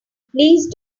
please